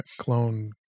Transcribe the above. clone